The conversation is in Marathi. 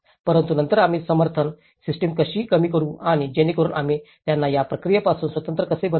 परंतु नंतर आम्ही समर्थन सिस्टम कशी कमी करू आणि जेणेकरुन आम्ही त्यांना या प्रक्रियेपासून स्वतंत्र कसे बनवू